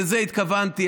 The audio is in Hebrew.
לזה התכוונתי,